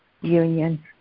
union